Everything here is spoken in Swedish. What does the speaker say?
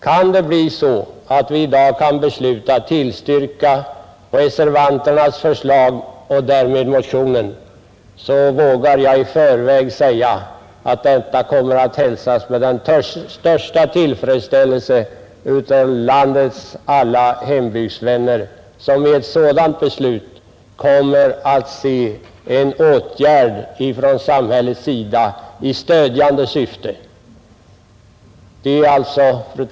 Om riksdagen i dag följer reservanternas förslag och bifaller motionen kommer detta att hälsas med största tillfredsställelse av landets hembygdsvänner. Jag hoppas, fru talman, att detta blir resultatet.